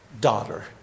daughter